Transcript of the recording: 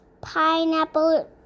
pineapple